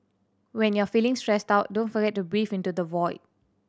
when you are feeling stressed out don't forget to breathe into the void